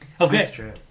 Okay